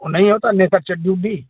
वह नहीं होता नेटक चड्डी उड्डी